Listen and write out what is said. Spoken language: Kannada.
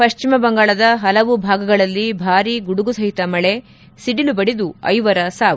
ಪಶ್ಚಿಮ ಬಂಗಾಳದ ಹಲವು ಭಾಗಗಳಲ್ಲಿ ಭಾರಿ ಗುಡುಗು ಸಹಿತ ಮಳೆ ಸಿಡಿಲು ಬಡಿದು ಐವರ ಸಾವು